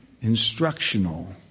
instructional